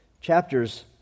chapters